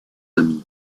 amis